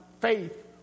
faith